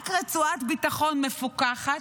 רק רצועת ביטחון מפוקחת,